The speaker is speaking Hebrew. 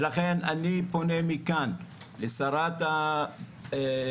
ולכן אני פונה מכאן לשרת החינוך